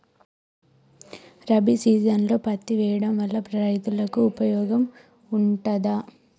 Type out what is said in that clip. రబీ సీజన్లో పత్తి వేయడం వల్ల రైతులకు ఉపయోగం ఉంటదా?